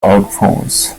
alphonse